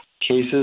cases